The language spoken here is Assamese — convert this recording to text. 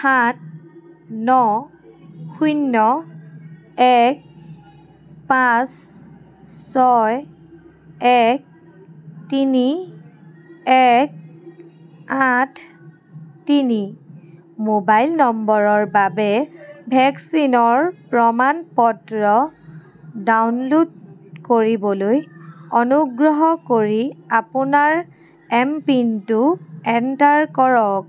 সাত ন শূন্য এক পাঁচ ছয় এক তিনি এক আঠ তিনি মোবাইল নম্বৰৰ বাবে ভেকচিনৰ প্ৰমাণ পত্ৰ ডাউনল'ড কৰিবলৈ অনুগ্ৰহ কৰি আপোনাৰ এমপিন টো এণ্টাৰ কৰক